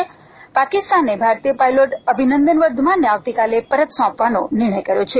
પાકિસ્તાને ભારતીય પાઇલોટ અભિનંદ વર્ઘમાનને આવતીકાલે પરત સોંપેવાનો નિર્ણય કર્યો છે